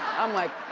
i'm like,